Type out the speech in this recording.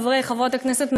חברי וחברות הכנסת,